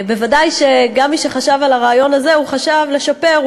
ודאי שגם מי שחשב על הרעיון הזה חשב לשפר,